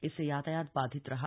इससे यातायात बाधित रहा